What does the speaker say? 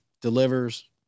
delivers